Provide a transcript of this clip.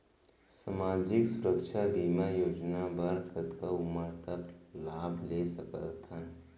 सामाजिक सुरक्षा बीमा योजना बर कतका उमर तक लाभ ले सकथन?